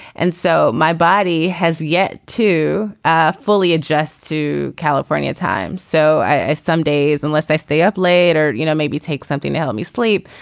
and so my body has yet to ah fully adjust to california time. so i somedays unless i stay up late or you know maybe take something to help me sleep.